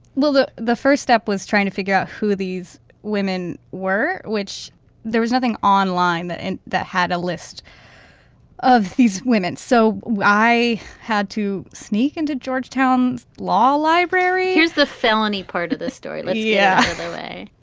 well, the the first step was trying to figure out who these women were, which there was nothing online that and that had a list of these women. so i had to sneak into georgetown law library. here's the felony part of this story. like yeah. hey.